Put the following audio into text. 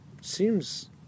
seems